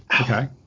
Okay